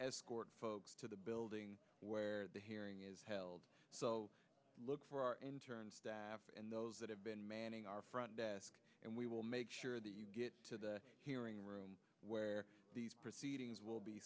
escort folks to the building where the hearing is held so look for our intern staff and those that have been manning our front desk and we will make sure that you get to the hearing room where these proceedings will be